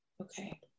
Okay